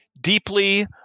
deeply